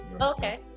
okay